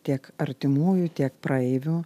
tiek artimųjų tiek praeivių